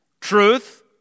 Truth